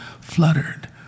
fluttered